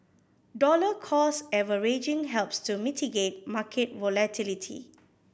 dollar cost averaging helps to mitigate market volatility